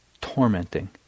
tormenting